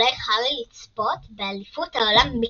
הולך הארי לצפות באליפות העולם בקווידיץ'